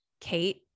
Kate